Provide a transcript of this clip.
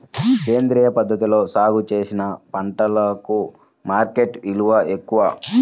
సేంద్రియ పద్ధతిలో సాగు చేసిన పంటలకు మార్కెట్ విలువ ఎక్కువ